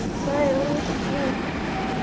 ꯍꯣꯏ ꯔꯨꯝ ꯁꯤꯛꯁꯇꯤꯟ